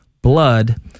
Blood